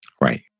Right